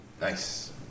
Nice